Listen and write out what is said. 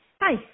Hi